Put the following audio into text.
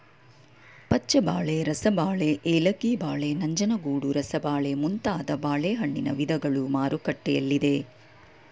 ಪಚ್ಚಬಾಳೆ, ರಸಬಾಳೆ, ಏಲಕ್ಕಿ ಬಾಳೆ, ನಂಜನಗೂಡು ರಸಬಾಳೆ ಮುಂತಾದ ಬಾಳೆಹಣ್ಣಿನ ವಿಧಗಳು ಮಾರುಕಟ್ಟೆಯಲ್ಲಿದೆ